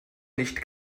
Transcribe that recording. nicht